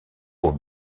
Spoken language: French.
aux